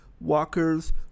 walkers